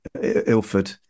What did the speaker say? Ilford